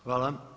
Hvala.